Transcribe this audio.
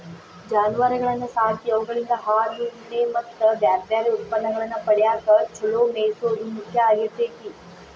ಜಾನುವಾರಗಳನ್ನ ಸಾಕಿ ಅವುಗಳಿಂದ ಹಾಲು, ಉಣ್ಣೆ ಮತ್ತ್ ಬ್ಯಾರ್ಬ್ಯಾರೇ ಉತ್ಪನ್ನಗಳನ್ನ ಪಡ್ಯಾಕ ಚೊಲೋ ಮೇಯಿಸೋದು ಮುಖ್ಯ ಆಗಿರ್ತೇತಿ